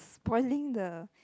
boiling the